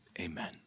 Amen